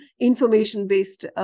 information-based